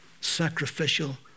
sacrificial